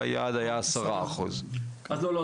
שהיעד היה עשרה אחוז.